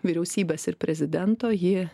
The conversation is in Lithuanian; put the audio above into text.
vyriausybės ir prezidento ji